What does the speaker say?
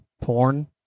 Porn